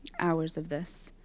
hours of this.